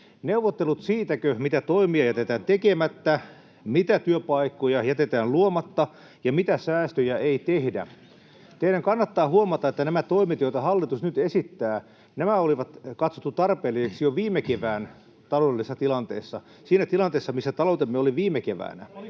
neuvottelut siitäkö, mitä toimia jätetään tekemättä, mitä työpaikkoja jätetään luomatta ja mitä säästöjä ei tehdä? Teidän kannattaa huomata, että nämä toimet, joita hallitus nyt esittää, oli katsottu tarpeelliseksi jo viime kevään taloudellisessa tilanteessa, siinä tilanteessa, missä taloutemme oli viime keväänä.